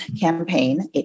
Campaign